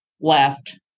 left